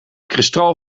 kristal